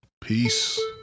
peace